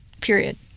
Period